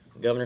Governor